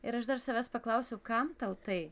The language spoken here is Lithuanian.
ir aš dar savęs paklausiau kam tau tai